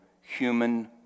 human